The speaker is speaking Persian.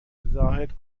زاهد